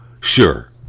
sure